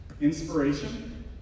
Inspiration